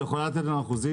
את יכולה לתת לנו אחוזים?